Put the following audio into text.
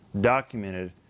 documented